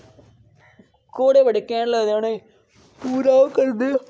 घोडे़ बडे़ घैंट लगदे उनेंगी पूरा ओह् करदे